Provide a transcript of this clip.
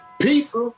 Peace